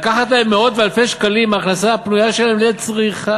לקחת להם מאות ואלפי שקלים מההכנסה הפנויה שלהם לצריכה,